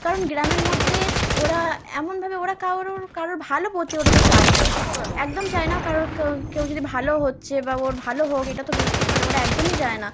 কারণ গ্রামের মধ্যে ওরা এমনভাবে ওরা কারোর কারোর ভালো প্রতি ওরা তো চায় নাই একদম চায় না কারোর কেউ কেউ যদি ভালো হচ্ছে বা ওর ভালো হোক এটা তো বিল মানে ওরা একদমই চায় না